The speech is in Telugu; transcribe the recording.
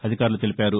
అధికారులు తెలిపారు